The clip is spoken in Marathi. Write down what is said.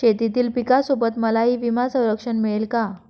शेतीतील पिकासोबत मलाही विमा संरक्षण मिळेल का?